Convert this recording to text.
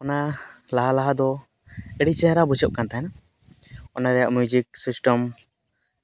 ᱚᱱᱟ ᱞᱟᱦᱟ ᱞᱟᱦᱟ ᱫᱚ ᱟᱹᱰᱤ ᱪᱮᱦᱨᱟ ᱵᱩᱡᱷᱟᱹᱜ ᱠᱟᱱ ᱛᱟᱦᱮᱱ ᱚᱱᱟ ᱨᱮᱭᱟᱜ ᱢᱤᱭᱩᱡᱤᱠ ᱥᱤᱥᱴᱮᱢ